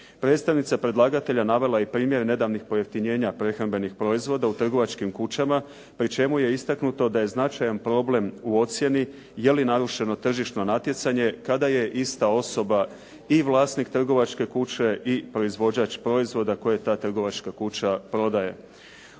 Predstavnica predlagatelja navela je i primjer nedavnih pojeftinjenja prehrambenih proizvoda u trgovačkim kućama pri čemu je istaknuto da je značajan problem u ocjeni je li narušeno tržišno natjecanje kada je ista osoba i vlasnik trgovačke kuće i proizvođač proizvoda koje ta trgovačka kuća prodaje.